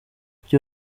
kuki